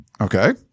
Okay